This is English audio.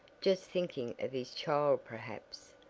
just thinking of his child perhaps,